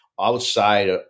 Outside